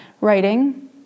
writing